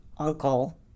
Uncle